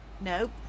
Nope